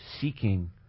seeking